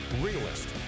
realist